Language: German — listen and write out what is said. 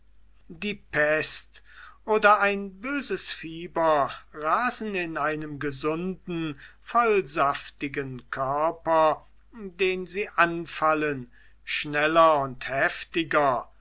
die pest oder ein böses fieber rasen in einem gesunden vollsaftigen körper den sie anfallen schneller und heftiger